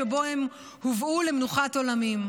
שבו הם הובאו למנוחת עולמים.